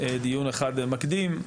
דיון אחד מקדים.